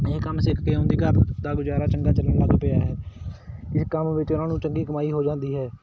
ਇਹ ਕੰਮ ਸਿੱਖ ਕੇ ਉਹਨਾਂ ਦੇ ਘਰ ਦਾ ਗੁਜ਼ਾਰਾ ਚੰਗਾ ਚੱਲਣ ਲੱਗ ਪਿਆ ਹੈ ਇਹ ਕੰਮ ਵਿੱਚ ਉਹਨਾਂ ਨੂੰ ਚੰਗੀ ਕਮਾਈ ਹੋ ਜਾਂਦੀ ਹੈ